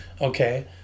Okay